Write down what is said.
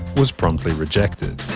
was promptly rejected.